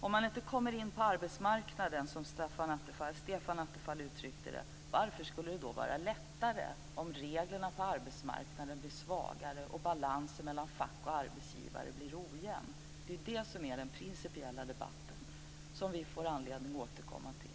Om man inte kommer in på arbetsmarknaden, som Stefan Attefall uttryckte det, varför skulle det då vara lättare om reglerna på arbetsmarknaden blir svagare och balansen mellan fack och arbetsgivare ojämn? Det är det som är den principiella debatten som vi får anledning att återkomma till.